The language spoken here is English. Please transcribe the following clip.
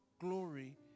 glory